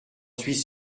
suis